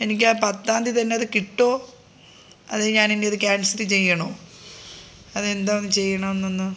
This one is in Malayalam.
എനിക്ക് ആ പത്താം തീയ്യതി തന്നെ അത് കിട്ടുമോ അത് ഞാൻ ഇനി അത് ക്യാൻസൽ ചെയ്യണോ അതെന്താണ് ചെയ്യേണ്ടതെന്ന് ഒന്ന്